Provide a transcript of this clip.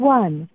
one